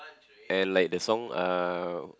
and like the song uh